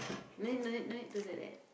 then no need no need to like that